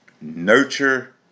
nurture